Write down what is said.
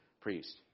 Priest